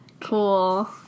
Cool